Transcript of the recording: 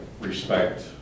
respect